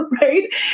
Right